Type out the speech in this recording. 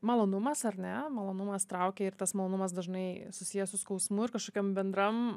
malonumas ar ne malonumas traukia ir tas malonumas dažnai susijęs su skausmu ir kažkokiam bendram